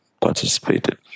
participated